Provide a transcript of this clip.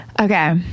Okay